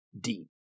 deep